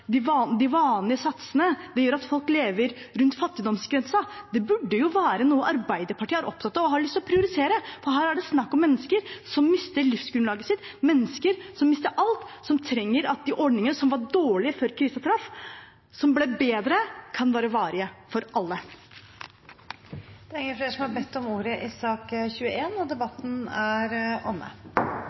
lyst til å prioritere, for her er det snakk om mennesker som mister livsgrunnlaget sitt, mennesker som mister alt, og som trenger at de ordningene som var dårlige før krisen traff, men som ble bedre, kan være varige for alle. Flere har ikke bedt om ordet i sak nr. 21. Etter ønske fra arbeids- og sosialkomiteen vil presidenten ordne debatten